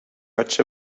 much